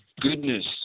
goodness